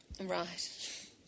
Right